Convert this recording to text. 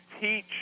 teach